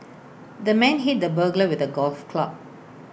the man hit the burglar with A golf club